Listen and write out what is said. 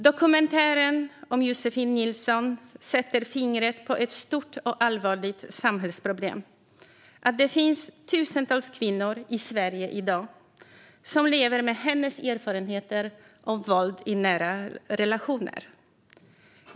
Dokumentären om Josefin Nilsson sätter fingret på ett stort och allvarligt samhällsproblem, nämligen att det finns tusentals kvinnor i Sverige i dag som lever med hennes erfarenheter av våld i nära relationer.